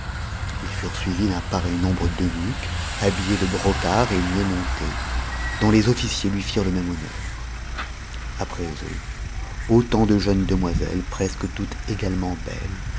nu pareil nombre d'eunuques habillés de brocart et mieuxmontés dont jcs oieciers lui firent le même honneur après eux autant de jeunes demoiselles presque toutes également belles